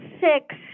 six